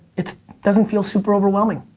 it doesn't feel super overwhelming.